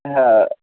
হ্যাঁ